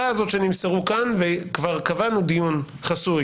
וכבר קבענו דיון חסוי